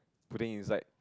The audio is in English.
putting inside